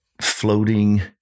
floating